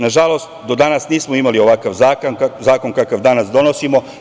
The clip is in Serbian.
Nažalost, do danas nismo imali ovakav zakon kakav danas donosimo.